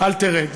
אל תרד.